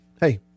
hey